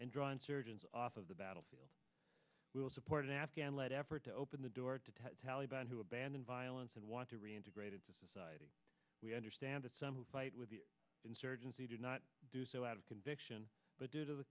and draw insurgents off of the battlefield will support an afghan led effort to open the door to taliban who abandon violence and want to reintegrate into society we understand that some who fight with the insurgency do not do so out of conviction but due to the